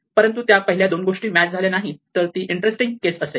परंतु त्या पहिल्या दोन गोष्टी मॅच झाल्या नाहीत तर ती इंटरेस्टिंग केस असेल